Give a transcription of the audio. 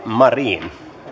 marin